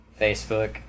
Facebook